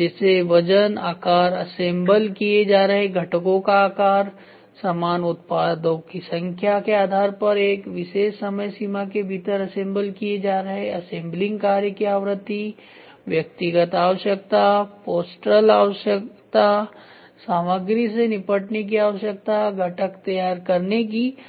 जैसे वजन आकार असेंबल किए जा रहे घटकों का आकार समान उत्पादों की संख्या के आधार पर एक विशेष समय सीमा के भीतर असेंबल किए जा रहे असेंबलिंग कार्य की आवृत्ति व्यक्तिगत आवश्यकता पोस्टुरल आवश्यकता सामग्री से निपटने की आवश्यकता घटक तैयार करने की आवश्यकता